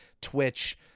Twitch